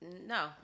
no